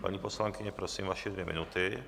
Paní poslankyně, prosím, vaše dvě minuty.